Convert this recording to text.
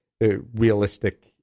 realistic